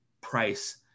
price